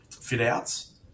fit-outs